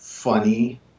Funny